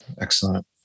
Excellent